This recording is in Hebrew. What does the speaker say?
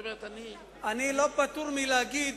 אני לא פטור מלהגיד